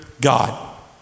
God